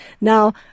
Now